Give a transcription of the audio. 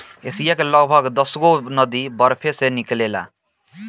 Asia के लगभग दसगो नदी बरफे से निकलेला